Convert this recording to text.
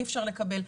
אי אפשר לקבל,